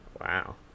Wow